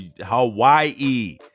Hawaii